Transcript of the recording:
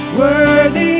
worthy